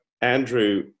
Andrew